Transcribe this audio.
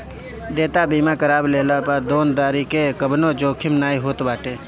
देयता बीमा करवा लेहला पअ देनदारी के कवनो जोखिम नाइ होत बाटे